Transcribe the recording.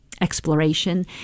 exploration